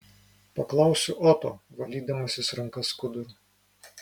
paklausiu oto valydamasis rankas skuduru